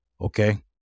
okay